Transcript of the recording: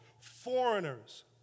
foreigners